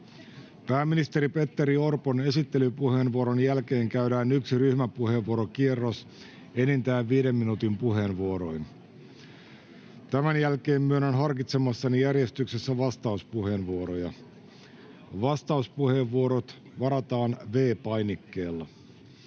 Pääministeri Petteri Orpon esittelypuheenvuoron jälkeen käydään yksi ryhmäpuheenvuorokierros enintään viiden minuutin puheenvuoroin. Tämän jälkeen myönnän harkitsemassani järjestyksessä vastauspuheenvuoroja. Vastauspuheenvuorot varataan V-painikkeella.